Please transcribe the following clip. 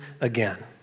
again